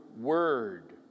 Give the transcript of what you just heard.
word